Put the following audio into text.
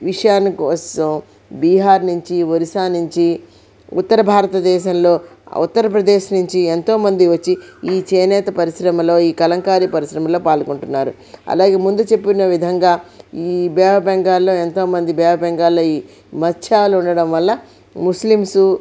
విషయాన్ని కోసం బీహార్ నుంచి ఒరిస్సా నుంచి ఉత్తర భారత దేశంలో ఉత్తరప్రదేశ్ నుంచి ఎంతోమంది వచ్చి ఈ చేనేత పరిశ్రమలో ఈ కలంకారి పరిశ్రమంలో పాల్గొంటున్నారు అలాగే ముందు చెప్పిన విధంగా ఈ బే ఆఫ్ బెంగాల్లో ఎంతోమంది ఈ బే ఆఫ్ బెంగాల్లో మత్స్యాలు ఉండడం వల్ల ముస్లింసు